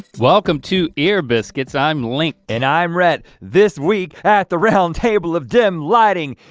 welcome to ear biscuits, i'm link. and i'm rhett. this week at the round table of dim lighting,